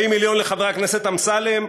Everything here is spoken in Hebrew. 40 מיליון לחבר הכנסת אמסלם,